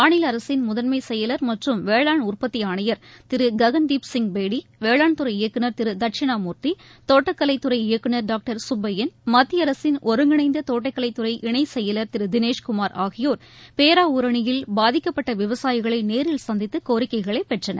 மாநில அரசின் முதன்மை செயலர் மற்றும் வேளாண் உற்பத்தி ஆணையர் திரு ககன்தீப் சிங் பேடி வேளாண் துறை இயக்குநர் திரு தட்சிணாமூர்த்தி தோட்டக்கலை துறை இயக்குநர் டாக்டர் சுப்பையன் மத்திய அரசின் ஒருங்கிணைந்த தோட்டக்கலை துறை இணை செயலர் திரு தினேஷ் குமார் ஆகியோர் பேராவூரணியில் பாதிக்கப்பட்ட விவசாயிகளை நேரில் சந்தித்து கோரிக்கைகளை பெற்றனர்